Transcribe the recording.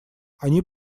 они